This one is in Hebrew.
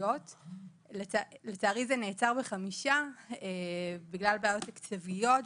לצערי זה נעצר בחמישה בגלל בעיות תקציביות,